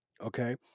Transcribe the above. Okay